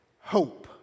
Hope